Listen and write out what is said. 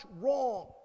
wrong